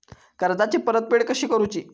कर्जाची परतफेड कशी करुची?